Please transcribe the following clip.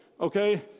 Okay